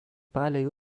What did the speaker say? palei